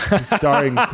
starring